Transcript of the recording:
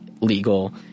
legal